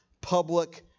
public